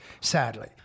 sadly